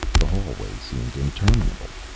the hallway seemed interminable.